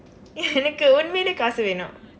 எனக்கு உண்மையிலே காசு வேணும்:enakku unmayilee kaasu veenum